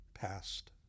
past